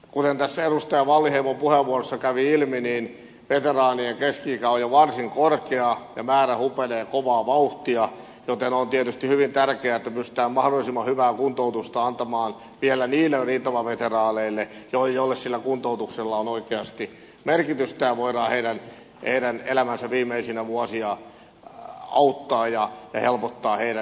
kuten tässä edustaja wal linheimon puheenvuorossa kävi ilmi veteraa nien keski ikä on jo varsin korkea ja määrä hupenee kovaa vauhtia joten on tietysti hyvin tärkeää että pystytään mahdollisimman hyvää kuntoutusta antamaan vielä niille rintamaveteraaneille joille sillä kuntoutuksella on oikeasti merkitystä ja voidaan heidän elämänsä viimeisiä vuosia auttaa ja helpottaa heidän tilannettaan